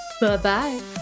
Bye-bye